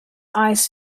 eyes